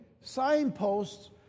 signposts